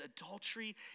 adultery